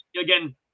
again